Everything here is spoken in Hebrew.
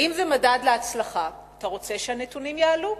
ואם זה מדד להצלחה אתה רוצה שהנתונים יעלו,